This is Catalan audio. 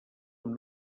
amb